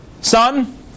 son